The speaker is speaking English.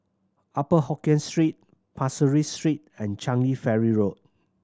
Upper Hokkien Street Pasir Ris Street and Changi Ferry Road